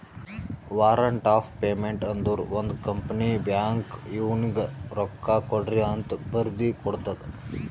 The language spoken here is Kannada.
ವಾರಂಟ್ ಆಫ್ ಪೇಮೆಂಟ್ ಅಂದುರ್ ಒಂದ್ ಕಂಪನಿ ಬ್ಯಾಂಕ್ಗ್ ಇವ್ನಿಗ ರೊಕ್ಕಾಕೊಡ್ರಿಅಂತ್ ಬರ್ದಿ ಕೊಡ್ತದ್